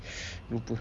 lupa